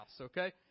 okay